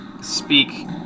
speak